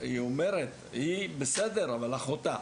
אנג'ל אומרת שהיא בסדר, אבל יש בעיה עם אחותה.